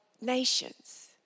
nations